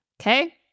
Okay